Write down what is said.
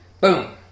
boom